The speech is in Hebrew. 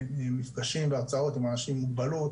מפגשים והרצאות עם אנשים עם מוגבלות